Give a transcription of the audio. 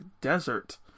Desert